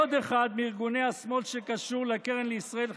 עוד אחד מארגוני השמאל, שקשור לקרן לישראל חדשה,